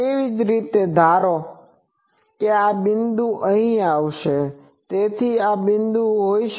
તેવી જ રીતે ધારો કે આ બિંદુ અહીં આવશે તેથી આ બિંદુ અહીં હોઈ શકે